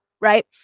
right